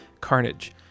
Carnage